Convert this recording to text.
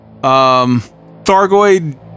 Thargoid